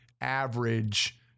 average